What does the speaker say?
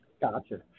Gotcha